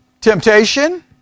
Temptation